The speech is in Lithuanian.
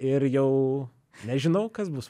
ir jau nežinau kas bus